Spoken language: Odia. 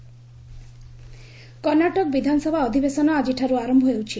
କର୍ଣ୍ଣାଟକ ଆସେମ୍ବି କର୍ଣ୍ଣାଟକ ବିଧାନସଭା ଅଧିବେଶନ ଆଜିଠାରୁ ଆରମ୍ଭ ହେଉଛି